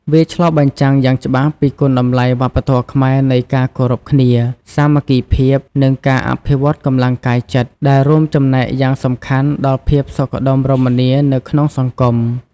វាឆ្លុះបញ្ចាំងយ៉ាងច្បាស់ពីគុណតម្លៃវប្បធម៌ខ្មែរនៃការគោរពគ្នា សាមគ្គីភាព និងការអភិវឌ្ឍកម្លាំងកាយចិត្ត ដែលរួមចំណែកយ៉ាងសំខាន់ដល់ភាពសុខដុមរមនានៅក្នុងសង្គម។